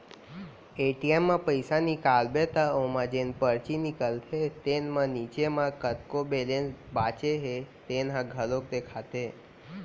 ATM म पइसा निकालबे त ओमा जेन परची निकलथे तेन म नीचे म कतका बेलेंस बाचे हे तेन ह घलोक देखाथे